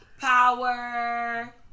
Power